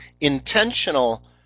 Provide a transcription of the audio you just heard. intentional